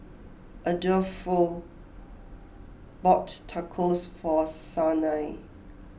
Adolfo bought Tacos for Sanai